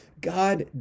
God